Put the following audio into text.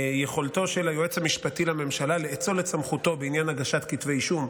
יכולתו של היועץ המשפטי לממשלה לאצול את סמכותו בעניין הגשת כתבי אישום,